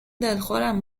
دلخورم